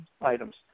items